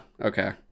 okay